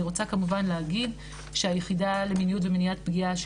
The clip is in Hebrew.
אני רוצה כמובן להגיד שהיחידה למיניות ומניעת פגיעה,